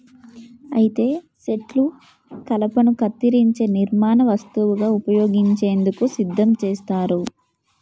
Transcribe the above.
అయితే సెట్లు కలపను కత్తిరించే నిర్మాణ వస్తువుగా ఉపయోగించేందుకు సిద్ధం చేస్తారు